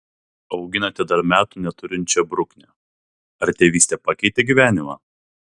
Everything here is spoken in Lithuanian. auginate dar metų neturinčią bruknę ar tėvystė pakeitė gyvenimą